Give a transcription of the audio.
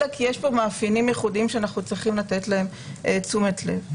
אלא כי יש פה מאפיינים ייחודיים שאנחנו צריכים לתת להם תשומת לב.